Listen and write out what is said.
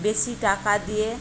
বেশি টাকা দিয়ে